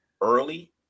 early